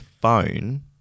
phone